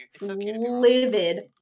Livid